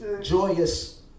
joyous